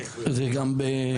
זה גם לחרדים?